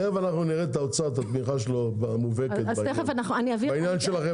תכף נראה את התמיכה המובהקת של משרד האוצר בעניין.